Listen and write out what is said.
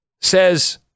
says